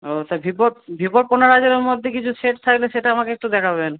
ও সে ভিভো ভিভোর পনেরো হাজারের মধ্যে কিছু সেট থাকলে সেটা আমাকে একটু দেখাবেন